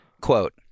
Quote